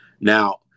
Now